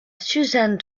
suzanne